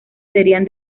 serían